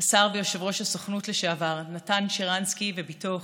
השר ויושב-ראש הסוכנות לשעבר נתן שרנסקי ובתו חנה,